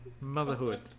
Motherhood